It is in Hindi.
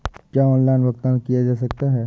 क्या ऑनलाइन भुगतान किया जा सकता है?